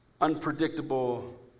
Unpredictable